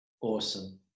Awesome